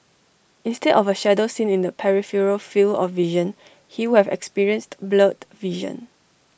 instead of A shadow seen in the peripheral field of vision he would have experienced blurred vision